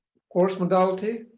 course modality,